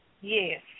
Yes